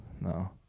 No